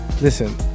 Listen